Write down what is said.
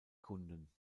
kunden